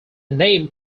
name